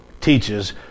teaches